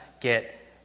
get